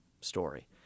story